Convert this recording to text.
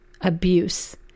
abuse